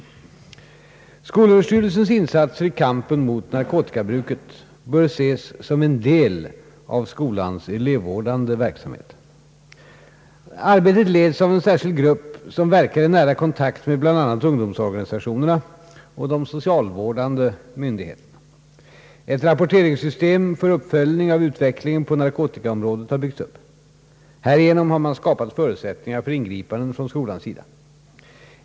Skolöverstyrelsens insatser i kampen mot narkotikabruket bör ses som en del av skolans elevvårdande verksamhet. Arbetet leds av en särskild grupp, som verkar i nära kontakt med bl.a. ungdomsorganisationerna och de socialvårdande myndigheterna. Ett rapporteringssystem för uppföljning av utveck lingen på narkotikaområdet har byggts upp. Härigenom har man skapat förutsättningar för ingripanden från skolans sida.